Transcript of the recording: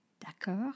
D'accord